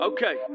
Okay